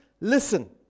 listen